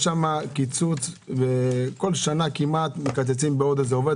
יש שם קיצוץ, וכל שנה כמעט מקצצים בעוד עובד.